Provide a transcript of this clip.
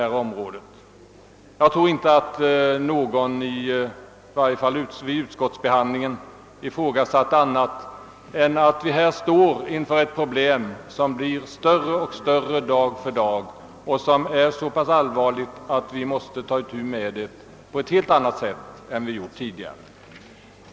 Vid utskottets behandling av motionerna tror jag inte att någon ifrågasatte att vi här står inför ett problem som växer för varje dag och som är så allvarligt att vi måste gripa oss an med det på ett helt annat sätt än tidigare.